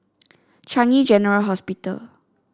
Changi General Hospital